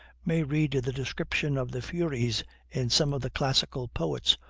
may read the descriptions of the furies in some of the classical poets,